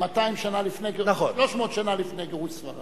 200 שנה, 300 שנה לפני גירוש ספרד.